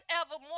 evermore